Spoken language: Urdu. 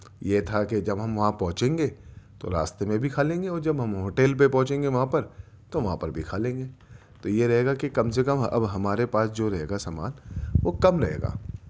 یہ تھا کہ جب ہم وہاں پہنچیں گے تو راستے میں بھی کھا لیں گے اور جب ہم ہوٹل میں پہنچیں گے وہاں پر تو وہاں پر بھی کھا لیں گے تو یہ رہے گا کہ کم سے کم اب ہمارے پاس جو رہے گا سامان وہ کم رہے گا